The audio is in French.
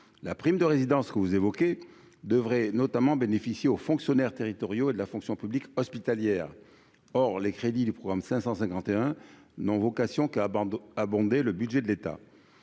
la prime de résidence que vous évoquez, devrait notamment bénéficier aux fonctionnaires territoriaux de la fonction publique hospitalière, or les crédits du programme 551 n'vocation qu'abonder le budget de l'État,